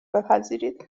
بپذیرید